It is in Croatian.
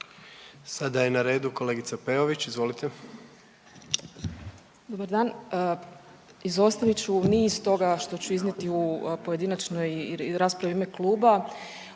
Sada je na redu kolegica Peović, izvolite.